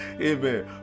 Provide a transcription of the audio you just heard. Amen